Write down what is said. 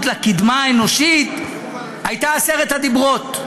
לקדמה האנושית הייתה עשרת הדיברות",